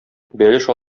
бәлеш